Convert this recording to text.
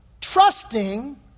trusting